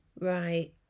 Right